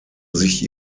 sich